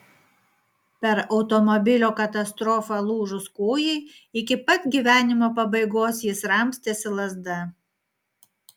per automobilio katastrofą lūžus kojai iki pat gyvenimo pabaigos jis ramstėsi lazda